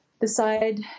decide